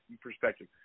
perspective